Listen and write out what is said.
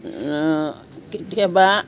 কেতিয়াবা